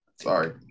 Sorry